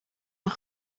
een